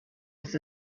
his